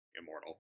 immortal